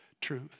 truth